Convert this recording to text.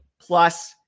Plus